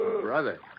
Brother